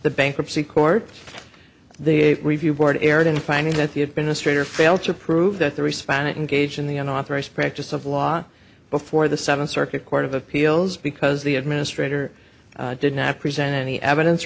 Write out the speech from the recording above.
the bankruptcy court the review board erred in finding that the administrator failed to prove that the respondent in gauging the unauthorized practice of law before the seventh circuit court of appeals because the administrator did not present any evidence